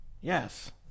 Yes